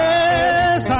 Yes